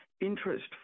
interest